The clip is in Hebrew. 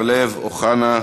בר-לב, אוחנה,